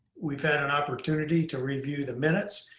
we've had an opportunity to review the minutes.